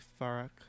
Farak